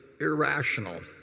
irrational